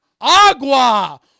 agua